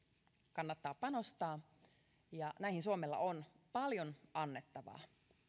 kannattaa panostaa ja näihin suomella on paljon annettavaa